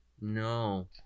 No